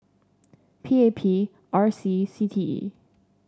P A P R C C T E